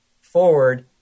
forward